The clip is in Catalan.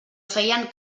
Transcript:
feien